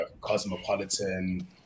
cosmopolitan